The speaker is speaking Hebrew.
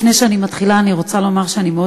לפני שאני מתחילה אני רוצה לומר שאני מאוד